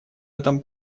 этом